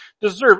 deserve